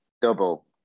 double